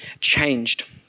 changed